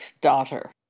daughter